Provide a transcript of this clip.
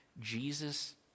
Jesus